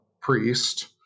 priest